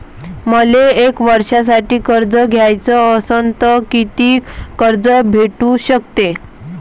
मले एक वर्षासाठी कर्ज घ्याचं असनं त कितीक कर्ज भेटू शकते?